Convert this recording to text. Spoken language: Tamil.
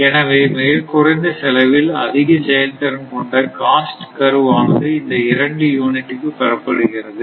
எனவே மிக குறைந்த செலவில் அதிக செயல்திறன் கொண்ட காஸ்ட் கர்வ் ஆனது இந்த இரண்டு யூனிட்டுக்கு பெறப்படுகிறது